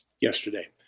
yesterday